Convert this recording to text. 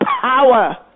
power